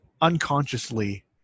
unconsciously